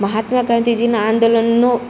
મહાત્મા ગાંધીજીના આંદોલનનો